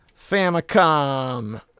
Famicom